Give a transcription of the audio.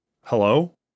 Hello